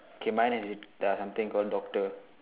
okay mine has it there are something call doctor